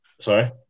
Sorry